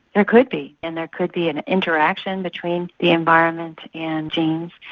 there could be and there could be an interaction between the environment and genes.